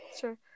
sure